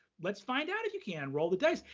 let's find out if you can roll the dice.